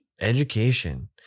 Education